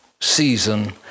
season